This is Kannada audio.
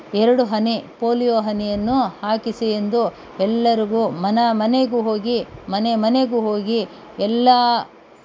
ಎರಡು ಹನಿ ಪೋಲಿಯೋ ಹನಿಯನ್ನು ಹಾಕಿಸಿ ಎಂದು ಎಲ್ಲರಿಗೂ ಮನ ಮನೆಗೂ ಹೋಗಿ ಮನೆ ಮನೆಗೂ ಹೋಗಿ ಎಲ್ಲ